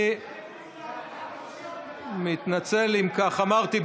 אני מתנצל אם כך אמרתי.